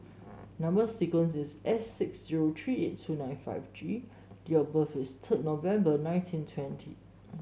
number sequence is S six zero three eight two nine five G date of birth is third November nineteen twenty